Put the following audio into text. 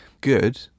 good